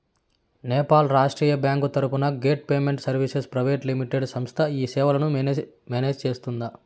నేపాల్ రాష్ట్రీయ బ్యాంకు తరపున gate payment services private limited సంస్థ ఈ సేవలను మేనేజ్ సేస్తుందా?